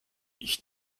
ich